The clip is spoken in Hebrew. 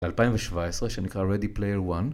2017 שנקרא Ready Player One